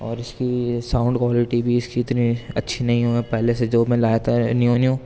اور اس كی ساؤنڈ كوالٹی بھی اس كی اتنی اچھی نہیں ہے پہلے سے جو میں لایا تھا نیو نیو